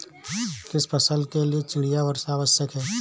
किस फसल के लिए चिड़िया वर्षा आवश्यक है?